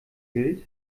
gilt